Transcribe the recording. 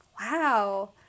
wow